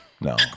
No